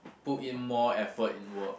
put in more effort in work